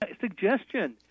Suggestion